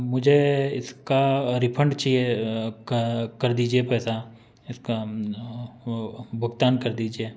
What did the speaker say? मुझे इसका रिफंड चाहिए क कर दीजिए पैसा इसका भुगतान कर दीजिए